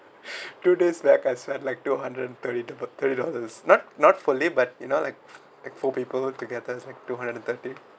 two days like I spent like two hundred and thirty thirty dollars not not fully but you know like four people together it's like two hundred and thirty